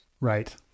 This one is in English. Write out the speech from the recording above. Right